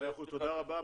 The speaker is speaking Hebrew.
מאה אחוז, תודה רבה.